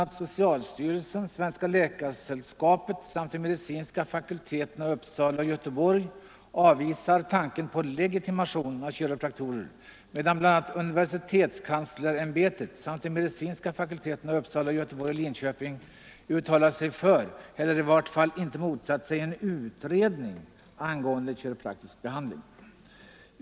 a. socialstyrelsen, Svenska läkaresällskapet och de medicinska fakulteterna i Uppsala och Göteborg avvisar tanken på legitimation av kiropraktorer, medan bla. universitetskanslersämbetet samt de medicinska fakulteterna i Uppsala, Göteborg och Linköping uttalar sig för, eller i varje fall inte motsätter sig, en utredning angående kiropraktisk behandling.